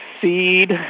seed